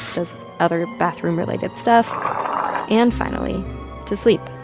does other bathroom-related stuff and finally to sleep,